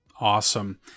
awesome